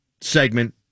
segment